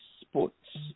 sports